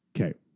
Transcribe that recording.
Okay